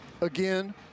Again